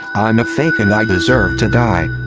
i'm a fake and i deserve to die!